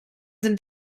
sind